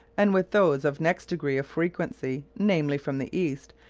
and with those of next degree of frequency, namely from the east,